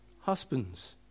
husbands